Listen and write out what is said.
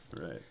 right